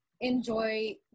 enjoy